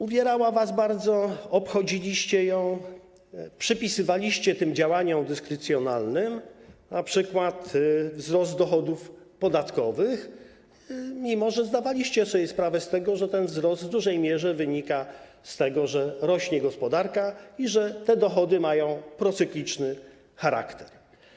Uwierała was bardzo, obchodziliście ją, przypisywaliście tym działaniom dyskrecjonalnym np. wzrost dochodów podatkowych, mimo że zdawaliście sobie sprawę z tego, że ten wzrost w dużej mierze wynika z tego, że rośnie gospodarka i że te dochody mają procykliczny charakter.